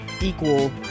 equal